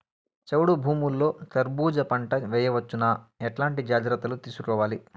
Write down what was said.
చౌడు భూముల్లో కర్బూజ పంట వేయవచ్చు నా? ఎట్లాంటి జాగ్రత్తలు తీసుకోవాలి?